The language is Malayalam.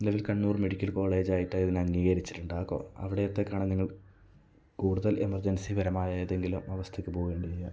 ഇതിൽ കണ്ണൂര് മെഡിക്കൽ കോളേജായിട്ടതിനെ അംഗീകരിച്ചിട്ടുണ്ട് ആ കോ അവിടത്തേക്കാണ് ഞങ്ങൾ കൂടുതൽ എമർജൻസി പരമായ ഏതെങ്കിലും അവസ്ഥക്ക് പോകേണ്ടിയാൽ